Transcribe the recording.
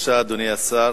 בבקשה, אדוני השר.